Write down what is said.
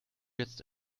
jetzt